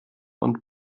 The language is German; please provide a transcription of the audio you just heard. und